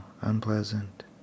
unpleasant